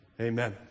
Amen